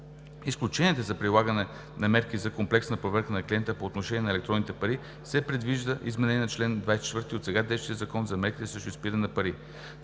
изключенията за прилагане на мерките за комплексна проверка на клиента по отношение на електронните пари се предвижда изменение на чл. 24 от сега действащия Закон за мерките срещу изпирането на пари,